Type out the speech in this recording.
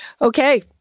Okay